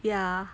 ya